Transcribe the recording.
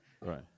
Right